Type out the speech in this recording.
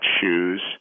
shoes